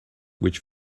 which